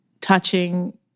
touching